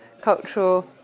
cultural